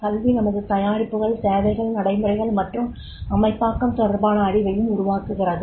கல்வி நமது தயாரிப்புகள் சேவைகள் நடைமுறைகள் மற்றும் அமைப்பாக்கம் தொடர்பான அறிவையும் உருவாக்குகிறது